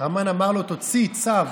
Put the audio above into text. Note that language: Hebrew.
המן אמר לו: תוציא צו